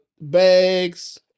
bags